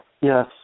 Yes